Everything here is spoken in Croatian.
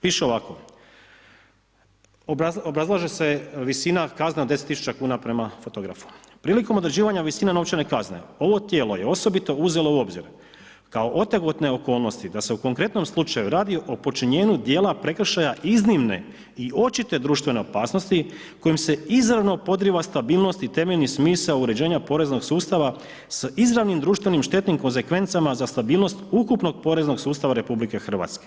Piše ovako, obrazlaže se visina kazne od 10.000 kuna prema fotografu, prilikom određivanja visina novčane kazne ovo tijelo je osobito uzelo u obzir kao otegotne okolnosti da se u konkretnom slučaju radi o počinjenju dijela prekršaja iznimne i očite društvene opasnosti kojim se izravno podrijeva stabilnost i temeljni smisao uređenja poreznog sustava s izravnim društvenim štetnim konzekvencama za stabilnost ukupnog poreznog sustava RH.